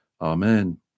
amen